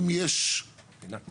אם יש איזושהי